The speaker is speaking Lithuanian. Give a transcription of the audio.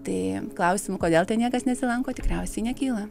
tai klausimų kodėl ten niekas nesilanko tikriausiai nekyla